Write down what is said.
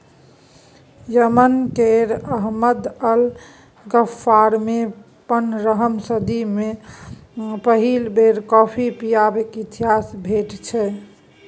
Yemen केर Ahmad al गफ्फारमे पनरहम सदी मे पहिल बेर कॉफी पीबाक इतिहास भेटै छै